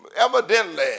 evidently